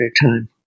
time